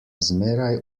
zmeraj